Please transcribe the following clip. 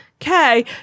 okay